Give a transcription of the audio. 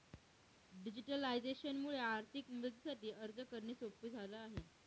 digitalisation मुळे आर्थिक मदतीसाठी अर्ज करणे सोप झाला आहे